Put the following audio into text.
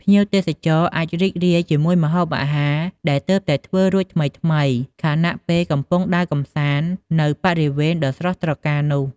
ភ្ញៀវទេសចរអាចរីករាយជាមួយម្ហូបអាហារដែលទើបតែធ្វើរួចថ្មីៗ ខណៈពេលកំពុងដើរកម្សាន្តនៅបរិវេណដ៏ស្រស់ត្រកាលនោះ។